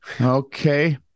Okay